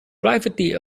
privately